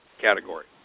category